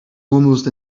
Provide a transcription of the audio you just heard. almost